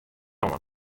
oan